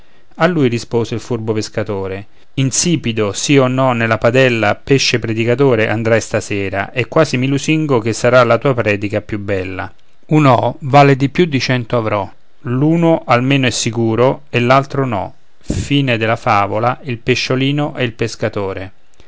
a lui rispose il furbo pescatore insipido sì o no nella padella pesce predicatore andrai stasera e quasi mi lusingo che sarà la tua predica più bella un ho vale di più di cento avrò l'uno almeno è sicuro e l'altro no e e